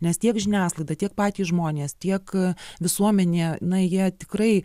nes tiek žiniasklaida tiek patys žmonės tiek visuomenė na jie tikrai